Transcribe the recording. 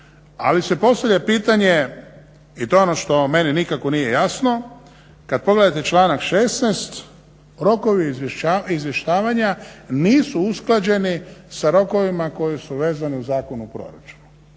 Ali se postavlja pitanje, i to je ono što meni nikako nije jasno, kad pogledate članak 16. rokovi izvještavanja nisu usklađeni sa rokovima koji su vezani uz Zakon o proračunu.